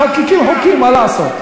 מחוקקים חוקים, מה לעשות.